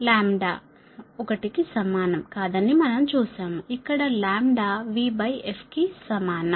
lambda 1 కి సమానం కాదని మనం చూశాము ఇక్కడ లాంబ్డా v బై f కి సమానం